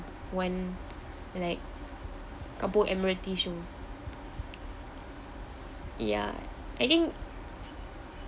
one like kampung admiralty show ya I think